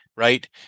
right